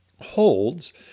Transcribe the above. holds